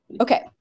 Okay